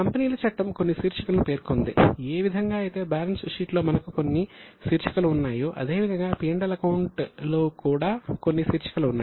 కంపెనీల చట్టం కొన్ని శీర్షికలను పేర్కొంది ఏ విధంగా అయితే బ్యాలెన్స్ షీట్లో మనకు కొన్ని శీర్షికలు ఉన్నాయో అదేవిధంగా P L అకౌంట్లో కూడా కొన్ని శీర్షికలు ఉన్నాయి